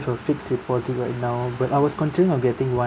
a fixed deposit right now but I was considering of getting one